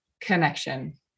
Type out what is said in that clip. connection